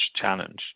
challenge